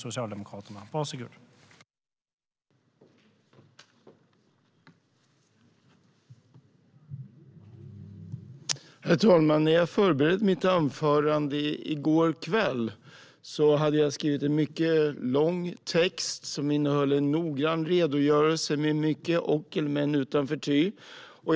Vissa frågor om regeringens ansvar för förvaltningen och statliga bolag Herr talman! När jag förberedde mitt anförande i går kväll hade jag skrivit en mycket lång text som innehöll en noggrann redogörelse med mycket "och", "men", "utan" och "förty".